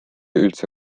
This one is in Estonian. üldse